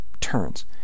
turns